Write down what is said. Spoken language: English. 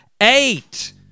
eight